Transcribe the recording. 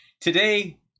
Today